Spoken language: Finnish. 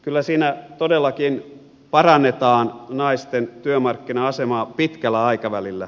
kyllä siinä todellakin parannetaan naisten työmarkkina asemaa pitkällä aikavälillä